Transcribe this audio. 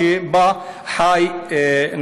הבועה הזאת שבה חי נתניהו.